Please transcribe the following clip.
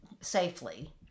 safely